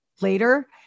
later